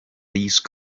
these